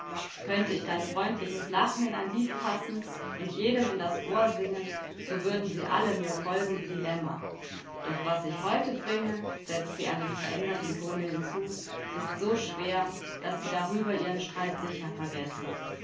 könnte ich dein freundliches lachen in ein lied fassen und jedem in das ohr singen so würden sie alle mir folgen wie die lämmer doch was ich heute bringe setzte er mit verändertem tone hinzu ist so schwer daß sie darüber ihren streit sicher vergessen